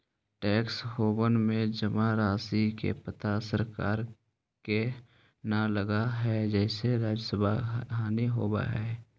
tax haven में जमा राशि के पता सरकार के न लगऽ हई जेसे राजस्व के हानि होवऽ हई